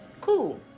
cool